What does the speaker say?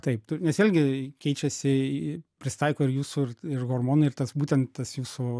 taip tu nes vėlgi keičiasi prisitaiko ir jūsų ir ir hormonai ir tas būtent tas jūsų